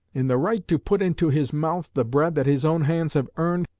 in the right to put into his mouth the bread that his own hands have earned,